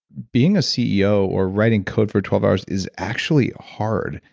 being a ceo or writing code for twelve hours is actually hard.